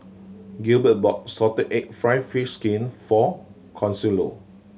Gilbert bought salted egg fried fish skin for Consuelo